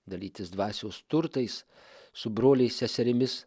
dalytis dvasios turtais su broliais seserimis